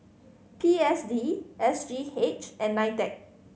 P S D S G H and NITEC